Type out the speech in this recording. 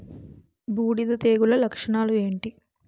బూడిద తెగుల లక్షణాలు ఏంటి?